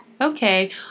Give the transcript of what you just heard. Okay